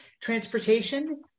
Transportation